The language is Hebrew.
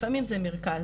לפעמים זה מרכז.